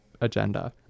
agenda